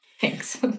Thanks